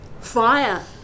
fire